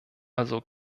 also